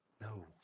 No